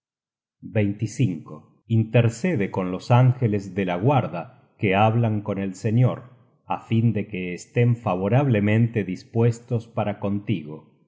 tiempo intercede con los ángeles de la guarda que hablan con el señor á fin de que estén favorablemente dispuestos para contigo